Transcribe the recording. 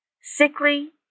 Sickly